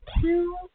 two